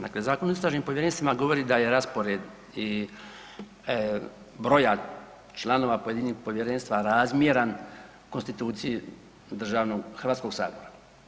Dakle, Zakon o istražnim povjerenstvima govori da je raspored i broja članova pojedinih povjerenstava razmjeran konstituciji Hrvatskog sabora.